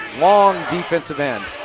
long defensive end.